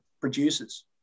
producers